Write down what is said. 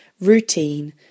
routine